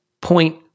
point